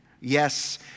Yes